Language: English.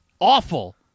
Awful